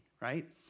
right